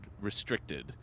restricted